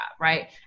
Right